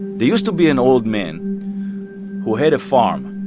there used to be an old man who had a farm.